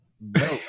No